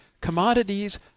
commodities